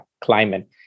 climate